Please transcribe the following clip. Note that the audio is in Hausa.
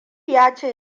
yace